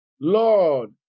Lord